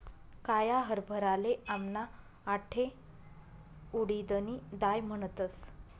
काया हरभराले आमना आठे उडीदनी दाय म्हणतस